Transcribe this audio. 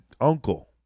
uncle